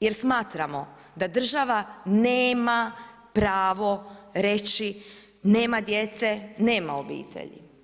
jer smatramo da država nema pravo reći, nema djece, nema obitelji.